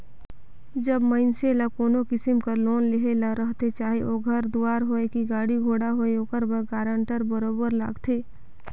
जब मइनसे ल कोनो किसिम कर लोन लेहे ले रहथे चाहे ओ घर दुवार होए कि गाड़ी घोड़ा होए ओकर बर गारंटर बरोबेर लागथे